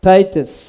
Titus